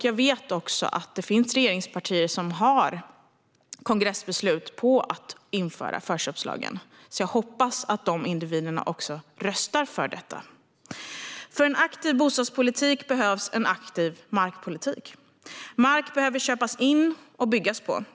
Jag vet att det dessutom finns regeringspartier som har kongressbeslut om att införa förköpslagen, och jag hoppas att deras företrädare röstar för detta. För en aktiv bostadspolitik behövs en aktiv markpolitik. Mark behöver köpas in och byggas på.